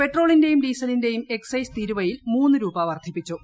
പെട്രോളിന്റെയും ഡീസലിന്റെയും എക്സൈസ് ന് തീരുവയിൽ മൂന്ന് രൂപ വർദ്ധിപ്പിച്ചു